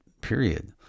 Period